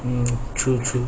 true true